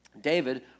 David